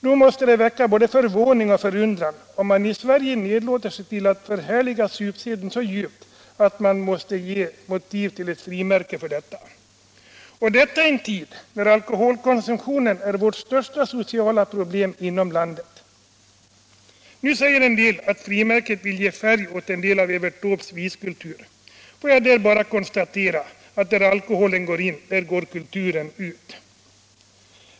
Nog måste det väcka både förvåning och förundran att man dryckesmotiv Om lämpligheten i Sverige nedlåter sig till att förhärliga supseden så djupt att den får ge motiv till ett frimärke. Och detta i en tid när alkoholkonsumtionen är vårt största sociala problem inom landet. Nu säger en del att frimärket vill ge färg åt en del av Evert. Taubes viskultur. Låt mig bara konstatera att där alkoholen går in, där går kulturen ut.